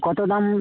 কত দাম